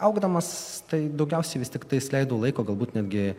augdamas tai daugiausiai vis tiktais leidau laiką galbūt netgi